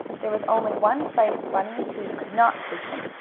there was only one place bunny and sue could not take him,